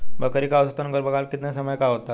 बकरी का औसतन गर्भकाल कितने समय का होता है?